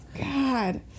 God